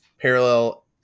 parallel